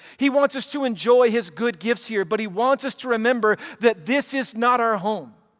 he wants us to enjoy his good gifts here, but he wants us to remember that this is not our home.